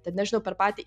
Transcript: tad nežinau per patį